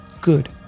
Good